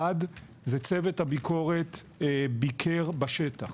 אחד, צוות הביקורת ביקר בשטח.